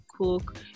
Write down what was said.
cook